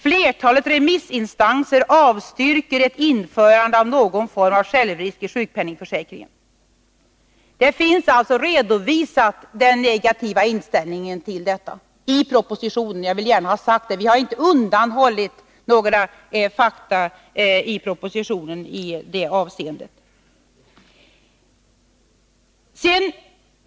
Flertalet remissinstanser avstyrker ett införande av någon form av självrisk i sjukpenningförsäkringen.” I propositionen finns alltså redovisat den negativa inställningen till en självrisk i sjukförsäkringen — jag vill gärna ha detta sagt. Vi har i propositionen inte undanhållit några fakta i det avseendet.